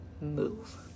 move